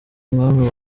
umwami